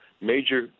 major